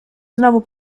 znowu